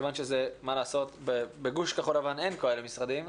כיוון שבגוש כחול לבן אין כאלה משרדים,